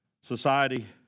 Society